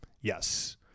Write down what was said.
Yes